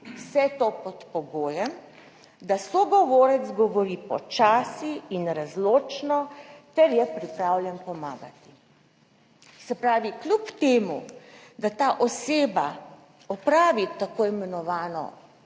vse to pod pogojem, da sogovorec govori počasi in razločno ter je pripravljen pomagati. Se pravi, kljub temu, da ta oseba opravi tako imenovano